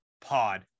Pod